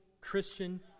Christian